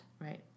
Right